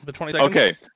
Okay